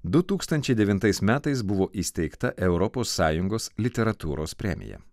du tūkstančiai devintais metais buvo įsteigta europos sąjungos literatūros premija